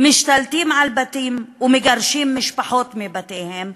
משתלטים על בתים ומגרשים משפחות מבתיהן,